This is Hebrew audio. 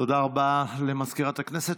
תודה רבה למזכירת הכנסת.